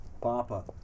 Papa